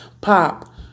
Pop